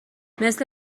مثل